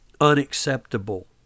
unacceptable